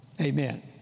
Amen